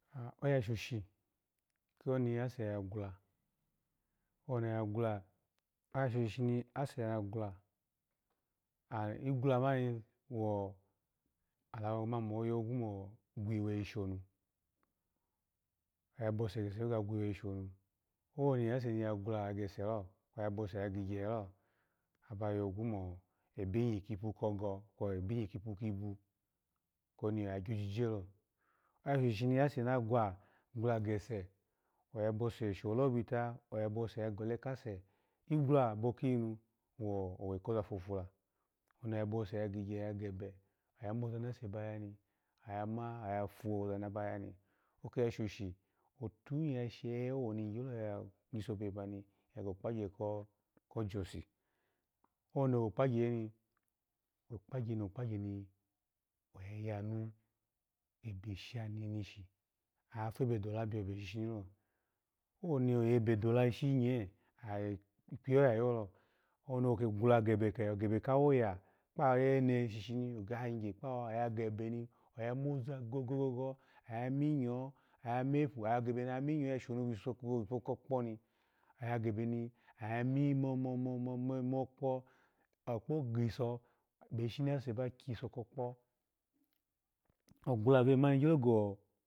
oya shoshi shini koni ase ya gwula owuni gya gwula, oya shoshi shini ase ya gwula ikwula mani wo alago mo, ogo gwei mo gwiweyi shonu, oya bose gese ko ga gwiwe yi shonu juloni owase ni gwula ya gese, oya bose ya gigyehel aba yo gwa mo ebenyi kipu ko go kwe ebenyi kipu kibu kono oya gyojije lo, oya shoshi shoni ase na gwa gwulh gese, oya bose shole ho bita, oya bose ya gole kase igwiwa abo kiyinu wowe ko za fofula no ya bose ya gigyene oya moza nase baya ni, oya ma oyafa oza naba yani, aki yase shoshi otuhi ya shehe woni myalo yiso vebe mani igyo ya go kpagye ko josi, owoni ogokpagye i, okpagye, okpagyeni oya yanu ebe sha neneshi oya febe dula biyebe shishilo owoni oyebe dula ishinye, ikpiyeho yayalo, oulo ni oke gwela gebe ka woya kpa ayine shishini ga yigye kpawa oya gebeni oya muza gogon, oya myowo oya metu, ya gebeni oya shonu, viso kokpo miyowo ya aya gebe oya mokpo, mo, mo, mo okpo, okpo giso ebeshishi i ase ba gyiso ko kpo, agwula vebe mani gyolo go.